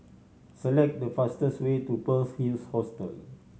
select the fastest way to Pearl's Hill Hostel